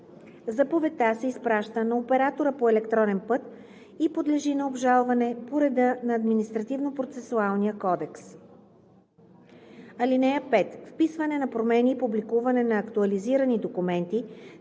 Заповедта се изпраща на оператора по електронен път и подлежи на обжалване по реда на Административнопроцесуалния кодекс. (5) Вписване на промени и публикуване на актуализирани документи